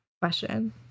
question